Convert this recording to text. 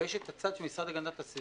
ויש את הצד של המשרד להגנת הסביבה,